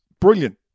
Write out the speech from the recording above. brilliant